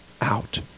out